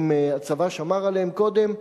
ואם הצבא שמר עליהם קודם,